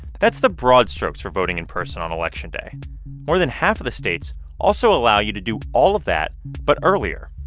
that's the broad strokes for voting in person on election day more than half of the states also allow you to do all of that but earlier.